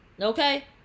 Okay